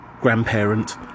grandparent